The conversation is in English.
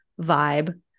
vibe